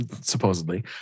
supposedly